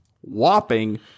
whopping